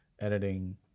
editing